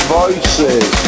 voices